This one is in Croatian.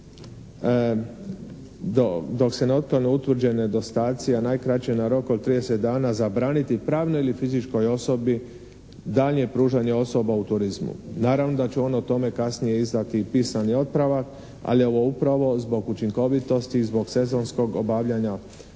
dok se ne otklone utvrđeni nedostatci, a najkraće na rok od 30 dana zabraniti pravnoj ili fizičkoj osobi daljnje pružanje osoba u turizma. Naravno da će on o tome kasnije izdati i pisani otpravak, ali je ovo upravo zbog učinkovitosti i zbog sezonskog obavljanja poslova